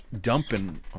dumping